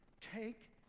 take